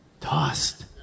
Tossed